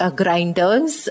grinders